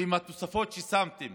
ועם התוספות ששמתם